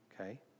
Okay